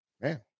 man